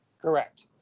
Correct